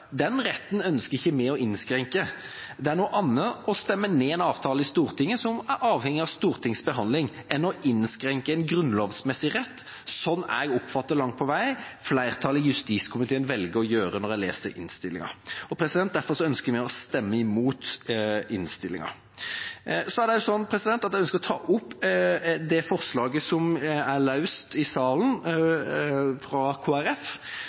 Den retten ønsker ikke vi å innskrenke. Det er noe annet å stemme ned en avtale i Stortinget som er avhengig av stortingsbehandling, enn å innskrenke en grunnlovsmessig rett, noe jeg langt på vei oppfatter at flertallet i justiskomiteen velger å gjøre når jeg leser innstillingen. Derfor ønsker vi å stemme imot forslag til vedtak. Jeg ønsker å ta opp det løse forslaget fra Kristelig Folkeparti, som gjelder Osterøy fengsel. Vi er